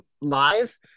live